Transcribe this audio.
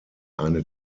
eine